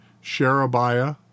Sherebiah